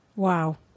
Wow